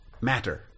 matter